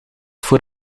voor